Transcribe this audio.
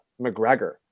McGregor